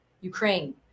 ukraine